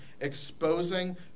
exposing